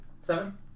Seven